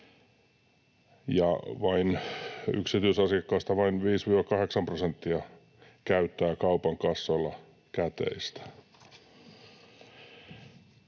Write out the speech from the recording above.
yksityisasiakkaista vain 5—8 prosenttia käyttää kaupan kassoilla käteistä.